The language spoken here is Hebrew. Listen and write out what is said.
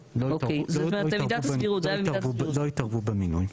כן, לא התערבו במינוי.